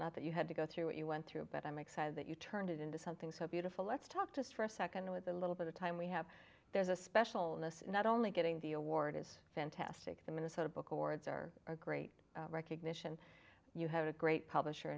not that you had to go through what you went through but i'm excited that you turned it into something so beautiful let's talk just for a second with a little bit of time we have there's a special in this in not only getting the award is fantastic the minnesota book awards are a great recognition you have a great publisher